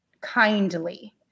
kindly